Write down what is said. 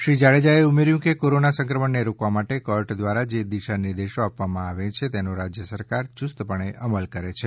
શ્રી જાડેજાએ ઉમેર્યું કે કોરોના સંક્રમણને રોકવા માટે કોર્ટ દ્વારા જે દિશા નિર્દશો આપવામાં આવે છેતેનો રાજ્ય સરકાર યુસ્તપણે અમલ કરે છે